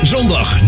Zondag